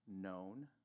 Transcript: Known